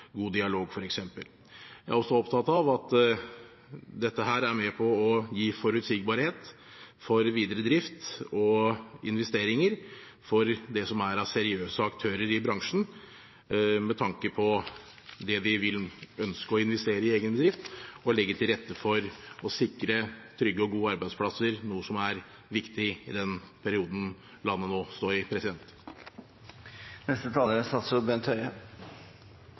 god dialog. Jeg er også opptatt av at dette er med på å gi forutsigbarhet for videre drift og investeringer for det som er av seriøse aktører i bransjen – med tanke på det man vil ønske å investere i egen bedrift – og legge til rette for å sikre trygge og gode arbeidsplasser, noe som er viktig i den perioden landet nå står i. Bare to korte merknader. Det er